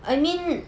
I mean